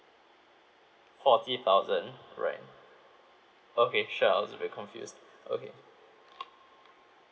forty thousand right okay sure I was a bit confused okay